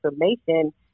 information